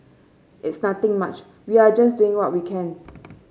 it's nothing much we are just doing what we can